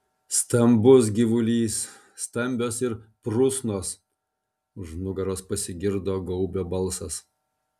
stambus gyvulys stambios ir prusnos už nugaros pasigirdo gaubio balsas